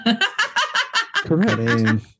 correct